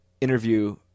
interview